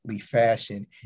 fashion